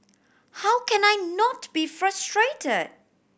how can I not be frustrated